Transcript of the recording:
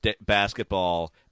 basketball